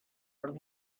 from